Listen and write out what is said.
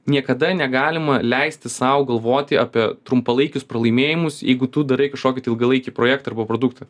niekada negalima leisti sau galvoti apie trumpalaikius pralaimėjimus jeigu tu darai kažkokį tai ilgalaikį projektą arba produktą